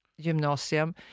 gymnasium